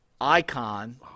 icon